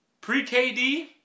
Pre-KD